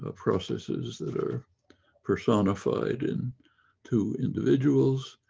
ah processes that are personified in two individuals,